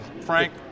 frank